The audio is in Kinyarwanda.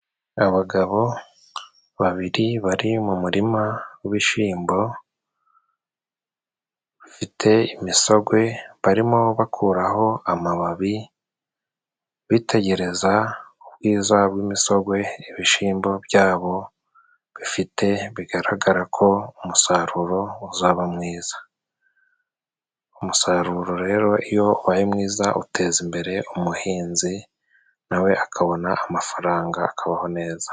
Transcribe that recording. Abagabo babiri bari mu murima w'ibishimbo bifite imisogwe, barimo bakuraho amababi bitegereza ubwiza bw'imisogwe ibishyimbo byabo bifite bigaragara ko umusaruro uzaba mwiza. Umusaruro rero iyo ubaye mwiza uteza imbere umuhinzi, nawe akabona amafaranga akabaho neza.